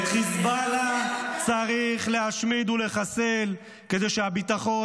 את חיזבאללה צריך להשמיד ולחסל כדי שהביטחון